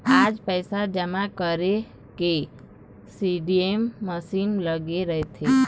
आज पइसा जमा करे के सीडीएम मसीन लगे रहिथे